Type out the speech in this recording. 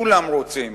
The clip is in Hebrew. כולם רוצים,